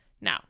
Now